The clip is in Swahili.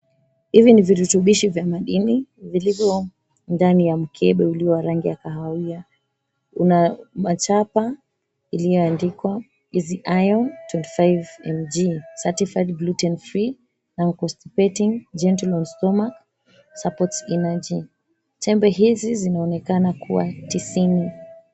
Hivii ni vitutubishi vya madini vilivyo ndani ya mkebe uliyo wa rangi ya kahawia Kuna machapa iliyoandikwa, (cs)Easy iron 25 mg, certified gluten free, no constipating, gentle on stomach, supports energy. (cs) Tembe hizii zinaoneka kuwa tisini.